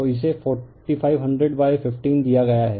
तो इसे 450015 दिया गया है